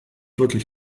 wirklich